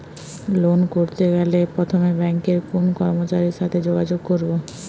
Loan করতে গেলে প্রথমে ব্যাঙ্কের কোন কর্মচারীর সাথে যোগাযোগ করব?